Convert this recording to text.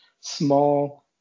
small